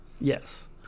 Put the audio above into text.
Yes